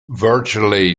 virtually